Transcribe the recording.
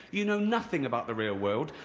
you know nothing about the real world.